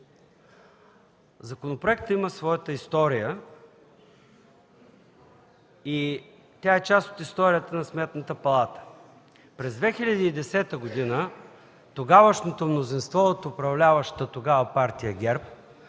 законопроектът има своята история, тя е част от историята на Сметната палата. През 2010 г. тогавашното мнозинство от управляващата тогава Партия ГЕРБ